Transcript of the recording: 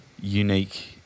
unique